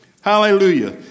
Hallelujah